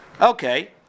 Okay